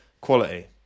quality